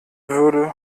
würde